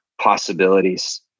possibilities